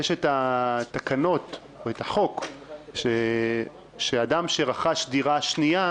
יש את התקנות או את החוק שאדם שרכש דירה שנייה